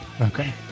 Okay